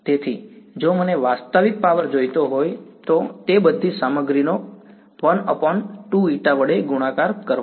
તેથી જો મને વાસ્તવિક પાવર જોઈતો હોય તો તે બધી સામગ્રીનો 12η વડે ગુણાકાર કરવો